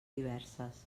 diverses